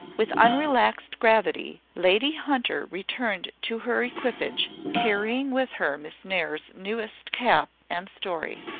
with unrelaxed gravity, lady hunter returned to her equipage, carrying with her miss nares's newest cap and story.